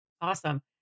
Awesome